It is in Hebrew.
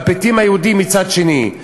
והפליטים היהודים מצד שני.